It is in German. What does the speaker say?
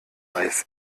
weiß